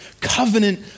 covenant